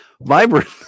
Vibrant